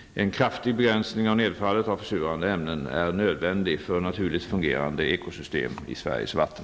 En kraftig begränsning av nedfallet av försurande ämnen är nödvändig för naturligt fungerande ekosystem i Sveriges vatten.